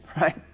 right